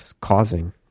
causing